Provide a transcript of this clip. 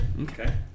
Okay